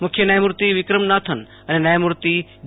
મુખ્ય ન્યાયમૂતિ વિક્રમ નાથન અને ન્યાયમૂર્તિ જે